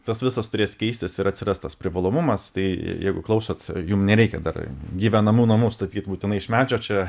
tas visas turės keistis ir atsiras tas privalomumas tai jeigu klausot jum nereikia dar gyvenamų namų statyt būtinai iš medžio čia